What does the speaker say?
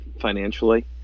financially